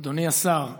אדוני השר,